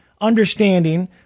understanding